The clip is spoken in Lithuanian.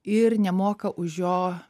ir nemoka už jo